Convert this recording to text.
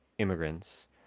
immigrants